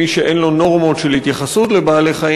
ומי שאין לו נורמות של התייחסות לבעלי-חיים